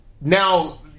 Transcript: now